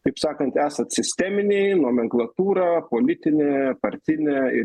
taip sakant esant sisteminiai nomenklatūra politinė partinė ir